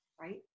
right